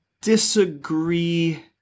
disagree